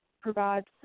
provides